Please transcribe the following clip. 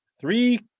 Three